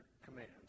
commands